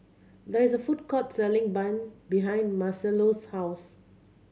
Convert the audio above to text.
there is a food court selling bun behind Marcelo's house